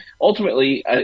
ultimately